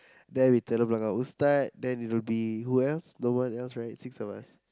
then we telok-blangah Ustad then it will be who else no one else right six of us